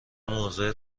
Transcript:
موضع